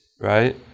right